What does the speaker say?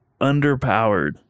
underpowered